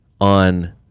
on